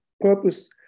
purpose